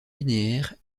linéaire